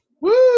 Woo